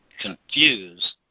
confused